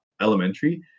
elementary